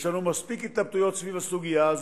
יש לנו מספיק התלבטויות סביב הסוגיה הזאת.